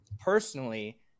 personally